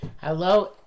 Hello